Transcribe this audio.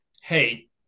hey